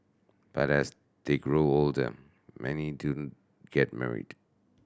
but as they grow older many do get married